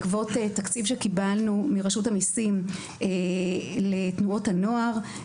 בעקבות תקציב שקיבלנו מרשות המיסים לתנועות הנוער,